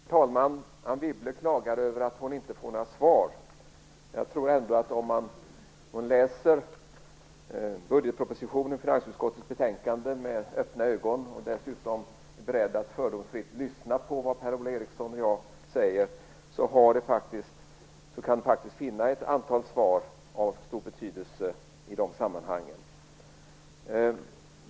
Herr talman! Anne Wibble klagar över att hon inte får några svar. Om hon läser budgetpropositionen och finansutskottets betänkande med öppna ögon och dessutom är beredd att fördomsfritt lyssna på vad Per Ola Eriksson och jag säger tror jag faktiskt att hon kan finna ett antal svar av stor betydelse i dessa sammanhang.